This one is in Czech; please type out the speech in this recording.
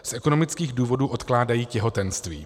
Z ekonomických důvodů odkládají těhotenství.